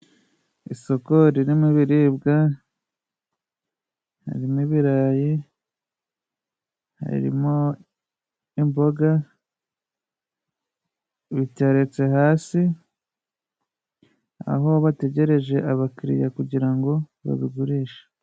Isoko riri mo ibiribwa, hari mo ibirayi, hari mo imboga, biteretse hasi aho bategereje abakiriya, kugira ngo babigurishe.